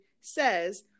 says